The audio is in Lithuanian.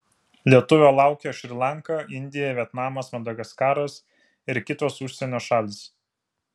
lietuvio laukia šri lanka indija vietnamas madagaskaras ir kitos užsienio šalys